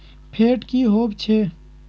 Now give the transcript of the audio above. Fat की होवछै?